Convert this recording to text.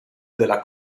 della